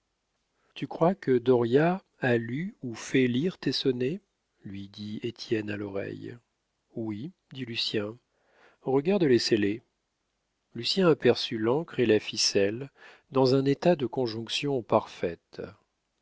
tu crois que dauriat a lu ou fait lire tes sonnets lui dit étienne à l'oreille oui dit lucien regarde les scellés lucien aperçut l'encre et la ficelle dans un état de conjonction parfaite